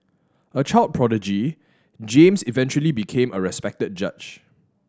a child prodigy James eventually became a respected judge